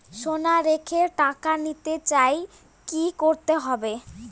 সোনা রেখে টাকা নিতে চাই কি করতে হবে?